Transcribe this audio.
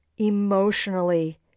emotionally